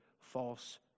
false